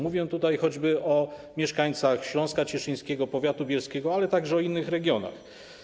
Mówię tutaj choćby o mieszkańcach Śląska Cieszyńskiego, powiatu bielskiego, ale także innych regionów.